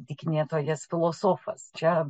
dykinėtojas filosofas čia